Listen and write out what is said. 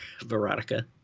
veronica